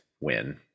win